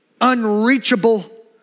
unreachable